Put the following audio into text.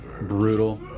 Brutal